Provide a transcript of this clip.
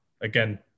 again